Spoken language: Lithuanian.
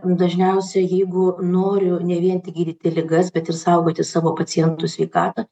dažniausia jeigu noriu ne vien tik gydyti ligas bet ir saugoti savo pacientų sveikatą